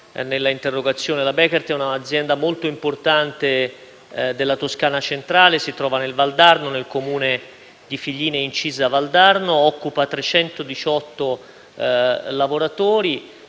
nell'interpellanza. La Bekaert è un'azienda molto importante della Toscana centrale. Si trova nel Valdarno, nel Comune di Figline e Incisa Valdarno e occupa 318 lavoratori.